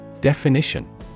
Definition